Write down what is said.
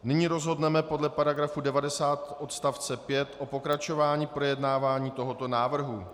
Nyní rozhodneme podle § 90 odst. 5 o pokračování projednávání tohoto návrhu.